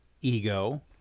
ego